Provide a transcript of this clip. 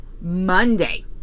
Monday